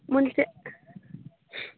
ಮುಂಚೆ